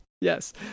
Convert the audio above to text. yes